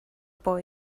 boy